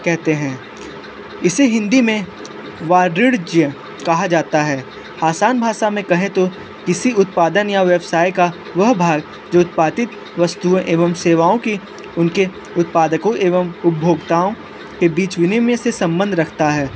कहते हैं इसे हिंदी में वाणिज्य कहा जाता है आसान भाषा में कहें तो किसी उत्पादन या व्यवसाय का वह भाग जो उत्पादित वस्तुएं एवं सेवाओं की उनके उत्पादकों एवं उपभोगताओं के बीच विनिमय से संबंध रखता है